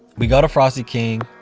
we go to frosty king,